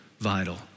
vital